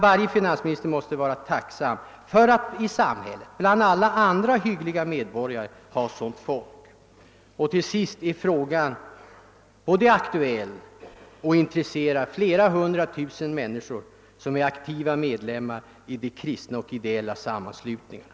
Varje finansminister måste vara tacksam för att bland alla andra hyggliga medborgare i samhället också ha sådant folk. Frågan är aktuell, och den intresserar flera hundra tusen människor som är aktiva medlemmar i de kristna och ideella sammanslutningarna.